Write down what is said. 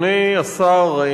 אדוני השר,